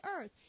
earth